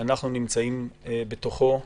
שאנחנו נמצאים בתוכו,